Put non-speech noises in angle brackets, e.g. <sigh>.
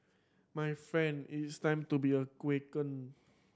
my friend it's time to be a <unintelligible>